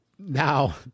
Now